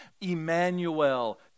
Emmanuel